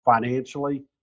financially